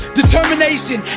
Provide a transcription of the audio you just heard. determination